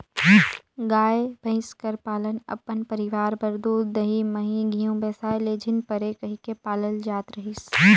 गाय, भंइस कर पालन अपन परिवार बर दूद, दही, मही, घींव बेसाए ले झिन परे कहिके पालल जात रहिस